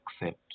accept